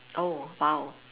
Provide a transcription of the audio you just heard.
oh !wow!